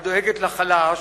הדואגת לחלש